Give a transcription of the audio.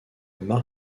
mark